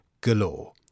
galore